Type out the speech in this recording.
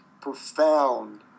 profound